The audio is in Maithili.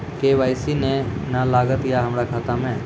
के.वाई.सी ने न लागल या हमरा खाता मैं?